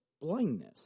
blindness